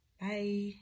Bye